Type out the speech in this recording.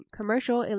Commercial